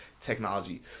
technology